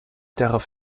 darauf